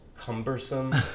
cumbersome